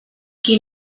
qui